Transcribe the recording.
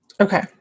okay